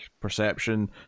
perception